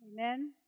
Amen